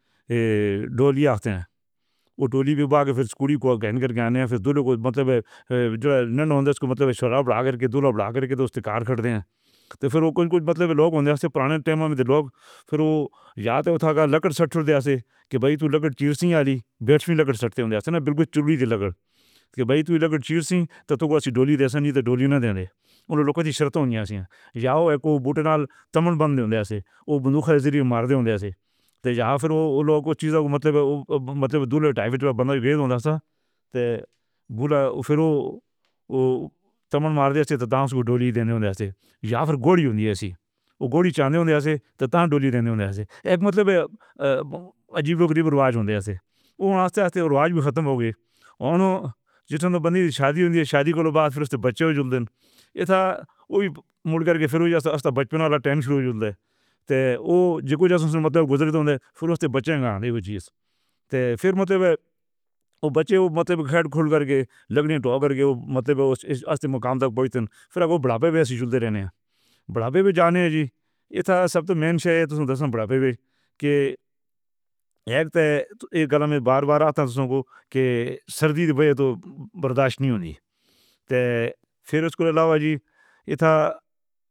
یہ ڈولیا ہستے ہیں او ڈولی، پھر سکولی مطلب تو پھر او کچھ کچھ مطلب لوگ پھر او کے بھائی تُو۔ کے بھائی تُو ڈولی نہ دے دے او لوکل کی شرطیں یا پھر او اُن لوگوں کو چیزوں کو مطلب؟ یا پھر او سے مطلب او بھی ختم ہو گئی اونو جیتنے بندی کی شادی ہوتی ہے شادی کرو بعد پھر اُس سے بچے۔ تو او تو پھر مطلب او بچے او مطلب ہیڈ کھول کر کے او مطلب او اِس اَسیٖم مقام تک پھر اب او بڑھاپے میں رہنے ہیں بڑھاپے میں جانے ہیں جی اِتنا سب تو۔ اِک گلا میں بار بار کی سردی تو برداشت نہیں ہونی پھر اُسکو لاوا جی۔